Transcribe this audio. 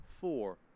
four